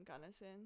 Gunnison